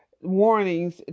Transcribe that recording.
warnings